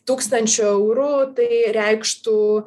tūkstančiu eurų tai reikštų